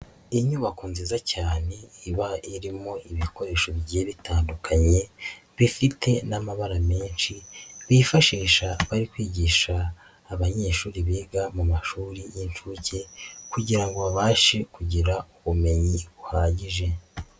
Inyubako nziza cyane iba irimo ibikoresho bigiye bitandukanye bifite n'amabara menshi, bifashisha bari kwigisha abanyeshuri biga mu mashuri y'inshuke, kugira ngo babashe kugira ubumenyi buhagije.